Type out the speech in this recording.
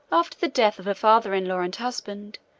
after the death of her father-in-law and husband,